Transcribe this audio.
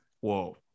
Whoa